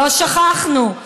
לא שכחנו,